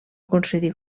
concedir